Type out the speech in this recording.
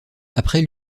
après